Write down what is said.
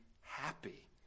happy